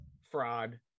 Fraud